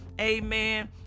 amen